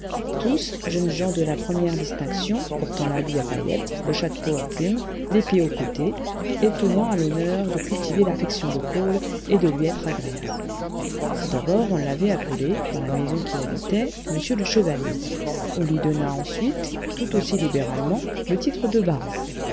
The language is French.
tous jeunes gens de la première distinction portant l'habit à paillettes le chapeau à plumes l'épée au côté et tenant à honneur de cultiver l'affection de paul et de lui être agréable d'abord on l'avait appelé dans la maison qu'il habitait m le chevalier on lui donna ensuite tout aussi libéralement le titre de baron